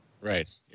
Right